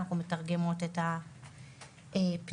אנחנו מתרגמות את הפניות.